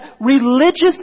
religious